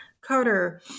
Carter